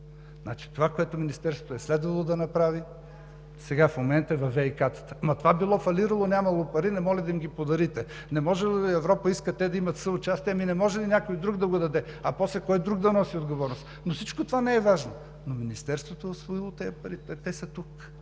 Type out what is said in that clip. Това, което Министерството е следвало да направи, в момента е във ВиК-тата. Ама това било фалирало, нямало пари, не може ли да им ги подарите? Не можело ли, Европа иска те да имат съучастие, не може ли някой друг да го даде? А после кой друг да носи отговорност? Всичко това не е важно, но Министерството е усвоило тези пари. Те са тук,